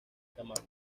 tamaños